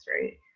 right